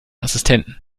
assistenten